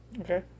Okay